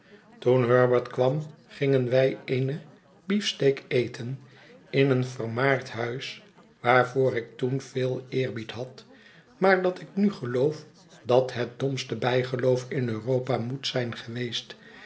toen herbert kwam gingen wij eene beefsteak eten in een vermaard huis waarvoor ik toen veel eerbied had maar dat ik nu geloof dat het domste bijgeloofin europa moet zijn geweest